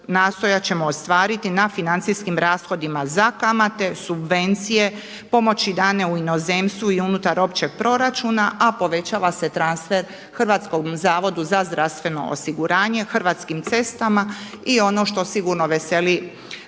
nastojat ćemo ostvariti na financijskim rashodima za kamate, subvencije, pomoći dane u inozemstvu i unutar općeg proračuna, a povećava se transfer Hrvatskom zavodu za zdravstveno osiguranje, Hrvatskim cestama i ono što sigurno veseli